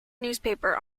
newspaper